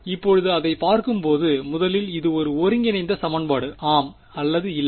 இப்போது இதைப் பார்க்கும்போது முதலில் இது ஒரு ஒருங்கிணைந்த சமன்பாடு ஆம் அல்லது இல்லை